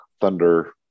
thunder